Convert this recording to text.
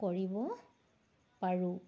কৰিব পাৰোঁ